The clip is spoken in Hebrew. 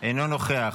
אינו נוכח,